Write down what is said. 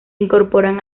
incorporan